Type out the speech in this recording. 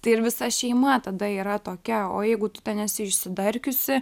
tai ir visa šeima tada yra tokia o jeigu tu ten esi išsidarkiusi